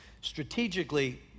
Strategically